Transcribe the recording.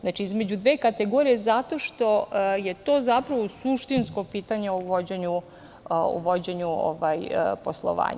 Znači, između dve kategorije, zato što je to zapravo suštinsko pitanje u vođenju poslovanja.